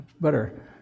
better